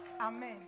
Amen